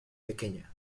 pequeña